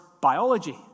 biology